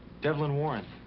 devlin warren.